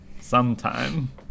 sometime